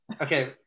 okay